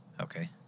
Okay